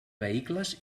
vehicles